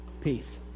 Peace